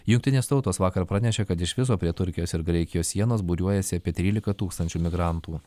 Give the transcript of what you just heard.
jungtinės tautos vakar pranešė kad iš viso prie turkijos ir graikijos sienos būriuojasi apie trylika tūkstančių migrantų